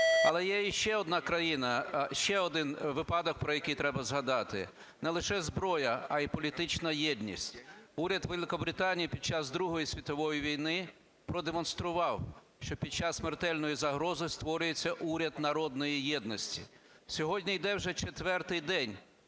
Але є ще одна країна, ще один випадок, про який треба згадати. Не лише зброя, а й політична єдність. Уряд Великобританії під час Другої світової війни продемонстрував, що під час смертельної загрози створюється уряд народної єдності. Сьогодні йде вже четвертий день